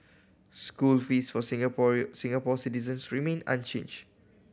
school fees for Singaporean Singapore citizens remain unchanged